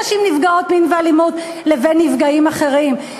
נשים נפגעות מין ואלימות לבין נפגעים אחרים.